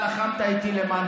לקחת מאנשים